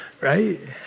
Right